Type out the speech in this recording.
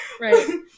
Right